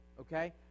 okay